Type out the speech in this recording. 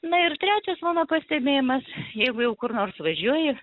na ir trečias mano pastebėjimas jeigu jau kur nors važiuoji